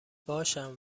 باشم